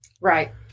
Right